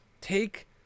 take